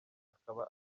akaba